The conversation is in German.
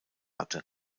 hatte